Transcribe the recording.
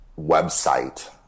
website